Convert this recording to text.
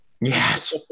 Yes